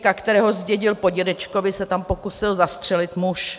Pejska, kterého zdědil po dědečkovi, se tam pokusil zastřelit muž.